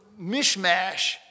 mishmash